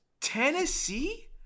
Tennessee